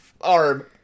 arm